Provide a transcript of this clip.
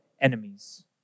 enemies